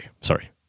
Sorry